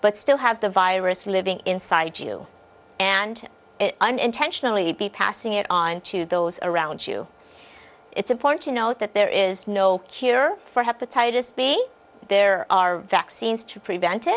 but still have the virus living inside you and unintentionally be passing it on to those around you it's important to note that there is no cure for hepatitis b there are vaccines to prevent